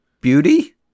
Beauty